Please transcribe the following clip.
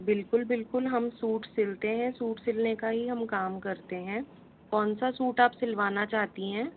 बिल्कुल बिल्कुल हम सूट सिलते है सूट सिलने का ही हम काम करते हैं कौन सा सूट आप सिलवाना चाहती हैं